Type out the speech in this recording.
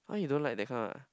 !huh! you don't like that kind ah